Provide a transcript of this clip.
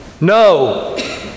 no